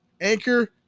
anchor